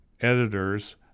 Editors